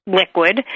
liquid